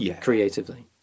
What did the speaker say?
creatively